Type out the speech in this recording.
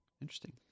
interesting